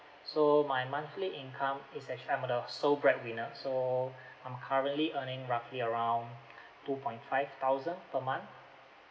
so my monthly income is actually I'm on the sole bread winner so I'm currently earning roughly around two point five thousand per month